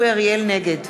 נגד